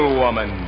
woman